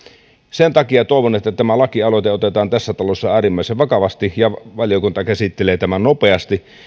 sen takia toivon että tämä lakialoite otetaan tässä talossa äärimmäisen vakavasti ja valiokunta käsittelee tämän nopeasti